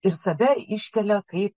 ir save iškelia kaip